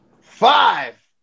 Five